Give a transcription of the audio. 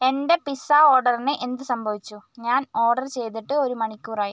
എന്റെ പിസ്സാ ഓഡർന് എന്ത് സംഭവിച്ചു ഞാൻ ഓഡർ ചെയ്തിട്ട് ഒരു മണിക്കൂറായി